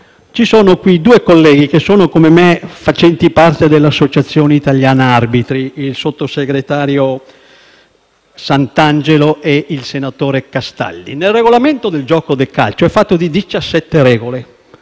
Ci sono qui due colleghi, che, come me, fanno parte dell'Associazione italiana arbitri: il sottosegretario Santangelo e il senatore Castaldi. Il regolamento del giuoco del calcio è fatto di